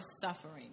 suffering